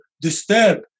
disturb